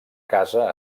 casa